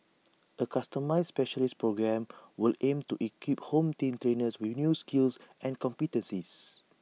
A customised specialist programme will aim to equip home team trainers with new skills and competencies